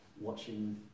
watching